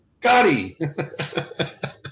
Gotti